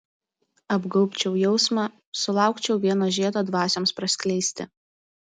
apgaubčiau jausmą sulaukčiau vieno žiedo dvasioms praskleisti